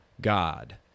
God